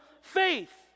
faith